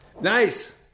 Nice